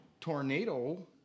Tornado